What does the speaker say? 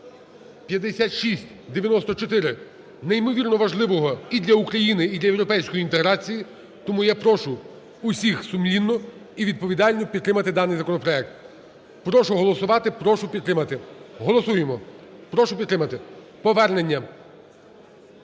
5694 неймовірно важливого і для України, і для європейської інтеграції. Тому я прошу усіх сумлінно і відповідально підтримати даний законопроект. Прошу голосувати, прошу підтримати. Голосуємо, прошу підтримати повернення.